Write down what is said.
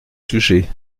sujets